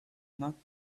not